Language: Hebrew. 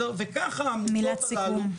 ככה העמותות הללו --- מילת סיכום.